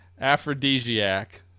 Aphrodisiac